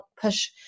push